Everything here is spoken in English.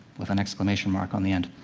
with an exclamation mark on the end.